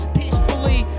peacefully